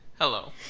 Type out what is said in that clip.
Hello